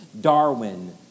Darwin